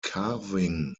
carving